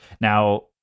Now